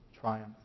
triumph